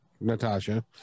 Natasha